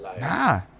Nah